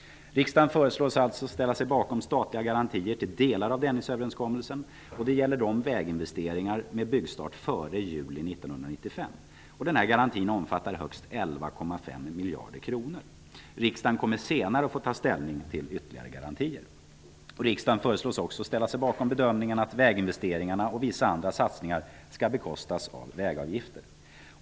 Riksdagen föreslås ställa sig bakom förslaget om statliga garantier till delar av Och garantin omfattar högst 11,5 miljarder kronor. Riksdagen kommer senare att få ta ställning till ytterligare garantier. Riksdagen föreslås också ställa sig bakom bedömningen att väginvesteringarna och vissa andra satsningar skall bekostas med vägavgifter.